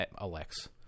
Alex